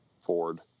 Ford